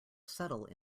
settle